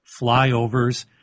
flyovers